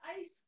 ice